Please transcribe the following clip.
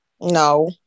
No